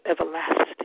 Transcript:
everlasting